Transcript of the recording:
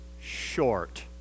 short